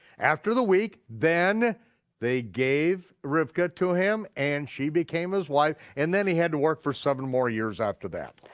after the week, then they gave rivkah to him and she became his wife, and then he had to work for seven more years after that.